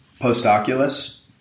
post-Oculus